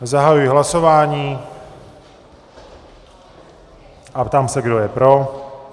Zahajuji hlasování a ptám se, kdo je pro?